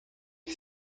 que